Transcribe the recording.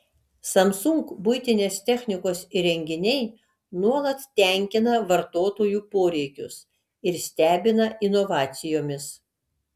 samsung buitinės technikos įrenginiai nuolat tenkina vartotojų poreikius ir stebina inovacijomis